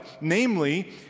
namely